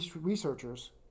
researchers